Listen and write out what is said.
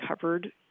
covered